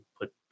put